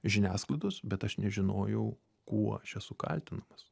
žiniasklaidos bet aš nežinojau kuo aš esu kaltinamas